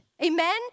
amen